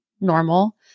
normal